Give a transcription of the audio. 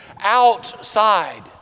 outside